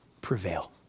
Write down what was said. prevail